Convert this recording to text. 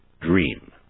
dream